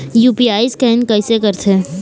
UPI scan कइसे करथे?